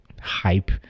Hype